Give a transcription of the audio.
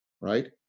right